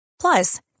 Plus